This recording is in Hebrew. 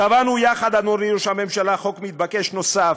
קבענו יחד, אדוני ראש הממשלה, חוק מתבקש נוסף: